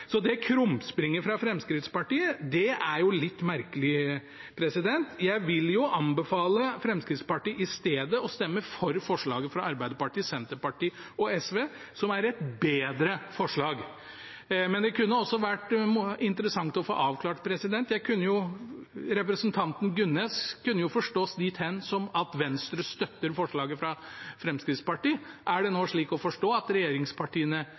Så det krumspringet fra Fremskrittspartiet er litt merkelig. Jeg vil anbefale Fremskrittspartiet i stedet å stemme for forslaget fra Arbeiderpartiet, Senterpartiet og SV, som er et bedre forslag. Dette kunne også vært interessant å få avklart: Representanten Gunnes kunne jo forstås dit hen at Venstre støtter forslaget fra Fremskrittspartiet. Er det slik å forstå at regjeringspartiene